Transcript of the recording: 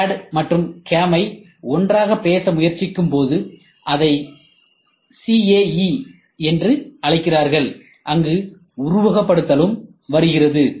எனவே CAD மற்றும் CAM ஐ ஒன்றாக பேச முயற்சிக்கும்போது இதை CAE என்று அழைக்கிறார்கள் அங்கு உருவகப்படுத்துதலும் வருகிறது